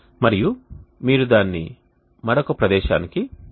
మరియు మీరు దానిని మరొక ప్రదేశానికి ఉపయోగించవచ్చు